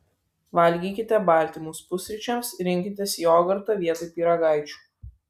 valgykite baltymus pusryčiams rinkitės jogurtą vietoj pyragaičių